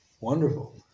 Wonderful